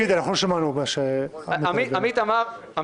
שמענו את מה שעמית הלוי אמר, אם תוכל לחזור.